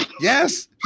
Yes